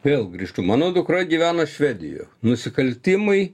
vėl grįžtu mano dukra gyvena švedijo nusikaltimai